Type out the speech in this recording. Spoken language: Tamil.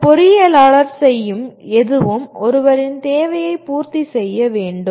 ஒரு பொறியியலாளர் செய்யும் எதுவும் ஒருவரின் தேவையை பூர்த்தி செய்ய வேண்டும்